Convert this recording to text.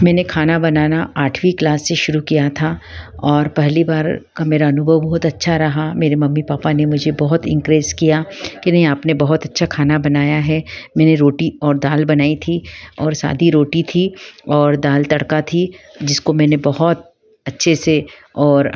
मैंने खाना बनाना आठवीं क्लास से शुरू किया था और पहली बार का मेरा अनुभव बहुत अच्छा रहा मेरे मम्मी पापा ने मुझे बहुत इंक्रेज़ किया कि नहीं आपने बहुत अच्छा खाना बनाया है मैंने रोटी और दाल बनाई थी और सादी रोटी थी और दाल तड़का थी जिसको मैंने बहुत अच्छे से और